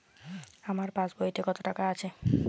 আমার পাসবইতে কত টাকা আছে?